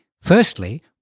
Firstly